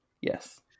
yes